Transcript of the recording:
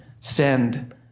send